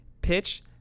pitch